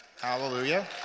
Hallelujah